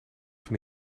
van